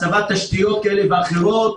בהצבת תשתיות כאלה ואחרות,